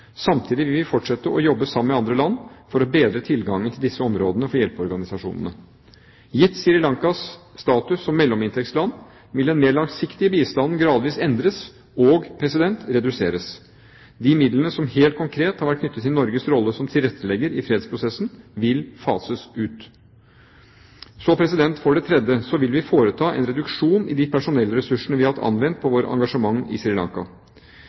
Samtidig vil vi fortsette å jobbe sammen med andre land for å bedre tilgangen til disse områdene for hjelpeorganisasjonene. Gitt Sri Lankas status som mellominntektsland vil den mer langsiktige bistanden gradvis endres og reduseres. De midlene som helt konkret har vært knyttet til Norges rolle som tilrettelegger i fredsprosessen, vil fases ut. For det tredje vil vi foreta en reduksjon i de personellressursene vi har anvendt på vårt engasjement i